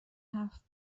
هفت